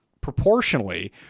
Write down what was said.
proportionally